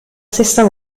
sesta